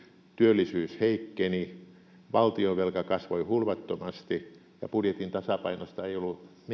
työllisyys heikkeni valtionvelka kasvoi hulvattomasti ja budjetin tasapainosta ei ollut